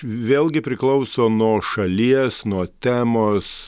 vėlgi priklauso nuo šalies nuo temos